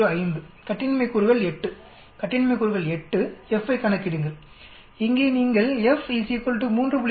05கட்டின்மை கூறுகள் 8 கட்டின்மை கூறுகள் 8 F ஐ கணக்கிடுங்கள் இங்கே நீங்கள் F 3